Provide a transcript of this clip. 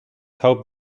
hope